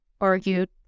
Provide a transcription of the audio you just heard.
argued